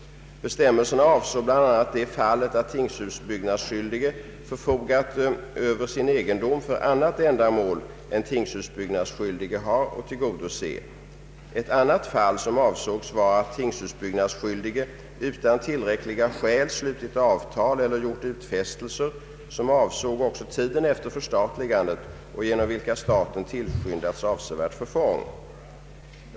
Bestämmelserna avsåg bl.a. de fall då tingshusbyggnadsskyldige har förfogat över sin egendom för annat ändamål än tingshusbyggnadsskyldige har att tillgodose. Ett annat fall som avsågs var då tingshusbyggnadsskyldige utan tillräckliga skäl slutit avtal eller gjort utfästelser som även gällde tid efter förstatligandet och genom vilka staten tillfogats avsevärt förfång.